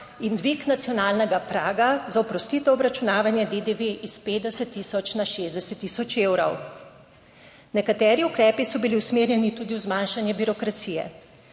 in dvig nacionalnega praga za oprostitev obračunavanja DDV iz 50 tisoč na 60 tisoč evrov. Nekateri ukrepi so bili usmerjeni tudi v zmanjšanje birokracije,